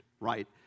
right